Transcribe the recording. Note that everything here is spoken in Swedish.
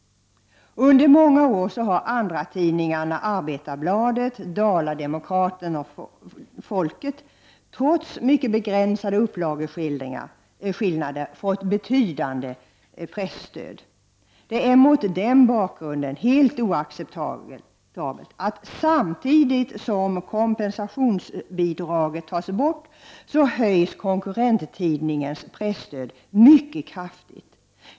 Under många år har andratidningarna Arbetarbladet, Dala-Demokraten och Folket trots mycket begränsade upplageskillnader fått betydande presstöd. Det är mot den bakgrunden helt oacceptabelt att samtidigt som kompensationsbidraget tas bort höjs konkurrenttidningens presstöd mycket kraftigt.